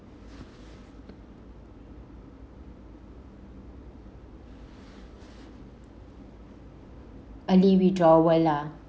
early withdrawal lah